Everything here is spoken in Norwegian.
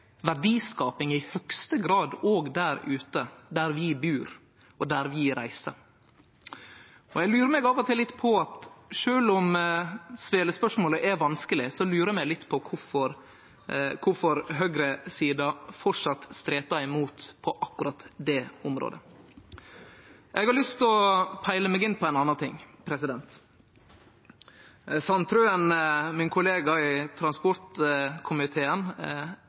verdiskaping i høgste grad òg der ute – der vi bur, og der vi reiser. Sjølv om svelespørsmålet er vanskeleg, lurar vi litt på kvifor høgresida framleis stretar imot på akkurat det området. Eg har lyst til å peile meg inn på ein annan ting. Nils Kristen Sandtrøen, min kollega i transportkomiteen,